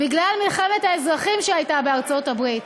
בגלל מלחמת האזרחים שהייתה בארצות-הברית,